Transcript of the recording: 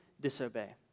disobey